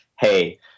Hey